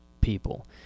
people